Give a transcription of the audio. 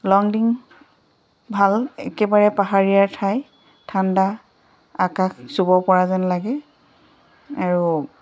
লং ding ভাল একেবাৰে পাহাৰীয়াৰ ঠাই ঠাণ্ডা আকাশ চুব পৰা যেন লাগে আৰু